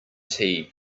tea